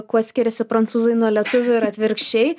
kuo skiriasi prancūzai nuo lietuvių ir atvirkščiai